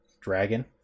dragon